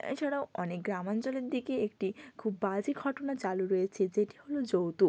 এছাড়াও অনেক গ্রামাঞ্চলের দিকে একটি খুব বাজে ঘটনা চালু রয়েছে যেটি হল যৌতুক